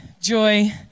joy